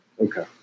Okay